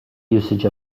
usage